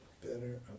better